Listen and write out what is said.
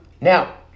now